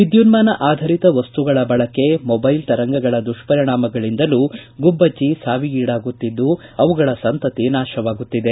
ವಿದ್ಯುನ್ಥಾನ ಆಧರಿತ ವಸ್ತುಗಳ ಬಳಕೆ ಮೊಬೈಲ್ ಮತ್ತು ತರಂಗಗಳ ದುಪ್ಪರಿಣಾಮಗಳಿಂದಲೂ ಗುಬ್ಬಟ್ಟಿ ಸಾವಿಗೀಡಾಗುತ್ತಿದ್ದು ಅವುಗಳ ಸಂತತಿ ನಾಶವಾಗುತ್ತಿದೆ